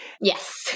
Yes